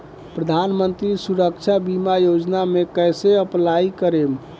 प्रधानमंत्री सुरक्षा बीमा योजना मे कैसे अप्लाई करेम?